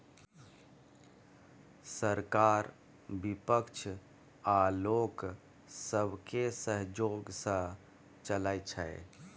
सरकार बिपक्ष आ लोक सबके सहजोग सँ चलइ छै